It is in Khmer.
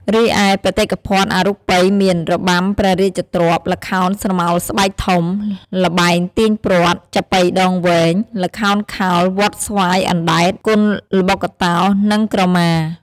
រីឯ បេតិភណ្ឌអរូបីមាន របាំព្រះរាជទ្រព្យ ល្ខោនស្រមោលស្បែកធំ ល្បែងទាញព្រ័ត្រ ចាប៉ីដងវែង ល្ខោនខោលវត្តស្វាយអណ្តែត គុនល្បុក្កតោ និងក្រមា។